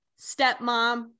stepmom